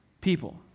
people